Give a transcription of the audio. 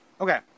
Okay